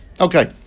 Okay